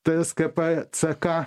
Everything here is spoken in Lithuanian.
te es ke pe ce ka